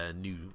new